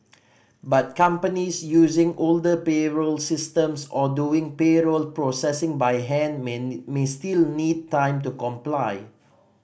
but companies using older payroll systems or doing payroll processing by hand may still need time to comply